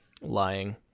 Lying